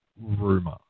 rumor